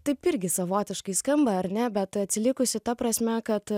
taip irgi savotiškai skamba ar ne bet atsilikusi ta prasme kad